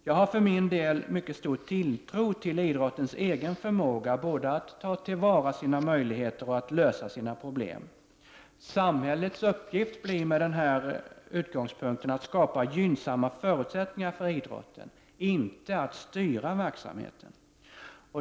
För min del har jag mycket stor tilltro till idrottens egen förmåga både att ta till vara sina möjligheter och att lösa sina problem. Med denna utgångspunkt blir samhällets uppgift att skapa gynnsamma förutsättningar för idrotten, inte att styra verksamheten.